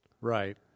Right